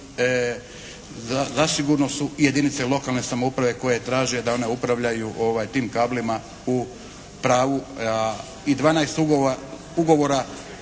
zasigurno su jedinice lokalne samouprave koje traže da one upravljaju tim kablima u pravu. I 12 ugovora